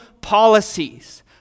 policies